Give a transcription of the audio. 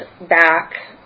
back